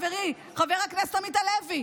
חברי חבר הכנסת עמית הלוי.